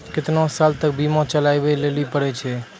केतना साल तक बीमा चलाबै लेली पड़ै छै?